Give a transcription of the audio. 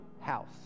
house